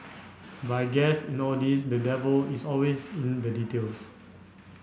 but I guess in all this the devil is always in the details